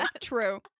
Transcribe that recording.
true